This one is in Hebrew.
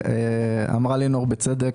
אמרה לינור בצדק,